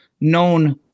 known